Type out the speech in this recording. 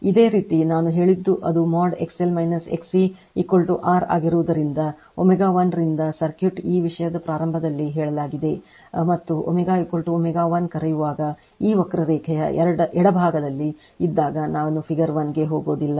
ಅದೇ ರೀತಿ ನಾನು ಹೇಳಿದ್ದು ಅದು ಮಾಡ್ XL XC r ಆಗಿರುವುದರಿಂದ ω 1 ರಿಂದ ಸರ್ಕ್ಯೂಟ್ ಈ ವಿಷಯದ ಪ್ರಾರಂಭದಲ್ಲಿ ಹೇಳಲಾಗಿದೆ ಮತ್ತೆ ω ω1ಕರೆಯುವಾಗ ಆ ವಕ್ರರೇಖೆಯ ಎಡಭಾಗದಲ್ಲಿ ಇದ್ದಾಗ ನಾನು figure 1 ಗೆ ಹೋಗೋದಿಲ್ಲ